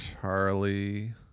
Charlie